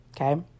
okay